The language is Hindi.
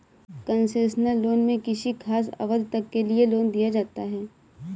कंसेशनल लोन में किसी खास अवधि तक के लिए लोन दिया जाता है